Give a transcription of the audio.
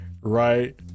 right